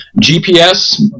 gps